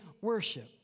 worship